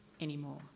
anymore